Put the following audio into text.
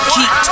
Keep